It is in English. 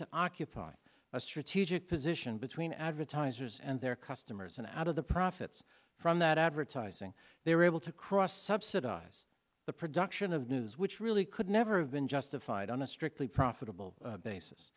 to occupy a strategic position between advertisers and their customers and out of the profits from that advertising they were able to cross subsidy as the production of news which really could never have been justified on a strictly profitable basis